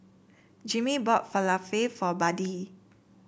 Jimmie bought Falafel for Buddie